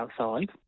outside